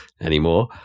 anymore